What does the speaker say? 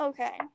Okay